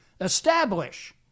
establish